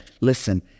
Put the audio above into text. Listen